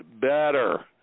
better